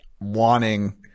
wanting